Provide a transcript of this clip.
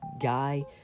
guy